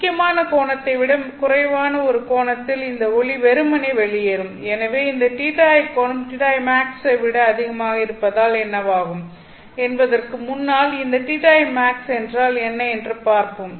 முக்கியமான கோணத்தை விடக் குறைவான ஒரு கோணத்தில் இந்த ஒளி வெறுமனே வெளியேறும் எனவே இந்த θi கோணம் θimax ஐ விட அதிகமாக இருந்தால் என்னவாகும் என்பதற்கு முன்னால் இந்த θimax என்றால் என்ன என்று பார்ப்போம்